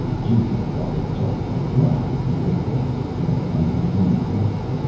jason felt a justified pride that he could walk this planet under his own power.